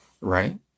right